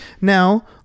Now